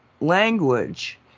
language